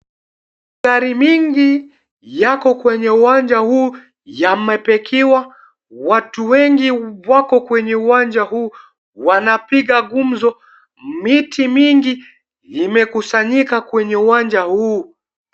Magari mingi yako kwenye uwanja huu yamepakiwa. Watu wengi wako kwenye uwanja huu wanapiga gumzo. Miti mingi imekusanyika kwenye uwanja huu.